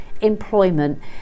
employment